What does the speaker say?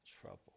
trouble